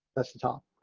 that's the top